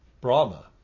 Brahma